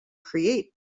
create